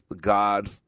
God